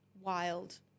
wild